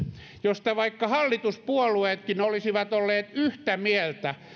josta vaikka hallituspuolueetkin olisivat olleet yhtä mieltä